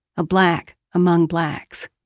a black among blacks